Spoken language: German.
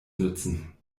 nützen